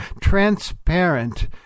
transparent